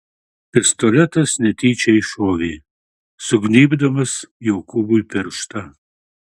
pistoletas netyčia iššovė sugnybdamas jokūbui pirštą